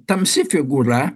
tamsi figūra